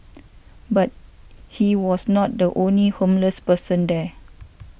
but he was not the only homeless person there